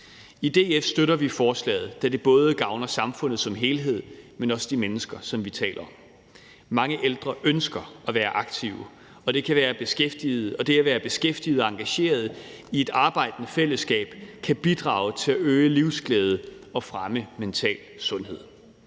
I DF støtter vi forslaget, da det både gavner samfundet som helhed, men også de mennesker, som vi taler om. Mange ældre ønsker at være aktive, og det at være beskæftiget og engageret i et arbejdende fællesskab kan bidrage til at øge livsglæde og fremme mental sundhed.